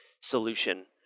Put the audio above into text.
solution